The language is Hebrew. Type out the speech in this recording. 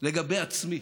לגבי עצמי,